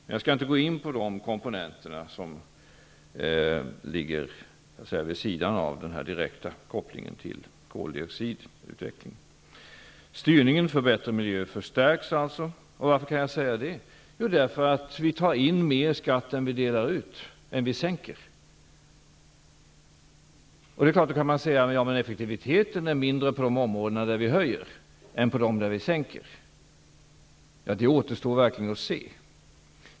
Men jag skall inte gå in på de komponenter som ligger vid sidan av den direkta kopplingen till koldioxidutvecklingen. Styrningen mot bättre miljö förstärks alltså. Varför kan jag säga det? Jo, därför att vi tar in mer skatt än sänkningen motsvarar. Det är klart att man kan säga att effektiviteten är mindre på de områden som får en höjning än på de som får en sänkning. Men det återstår verkligen att se.